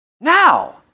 Now